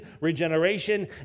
regeneration